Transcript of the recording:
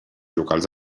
locals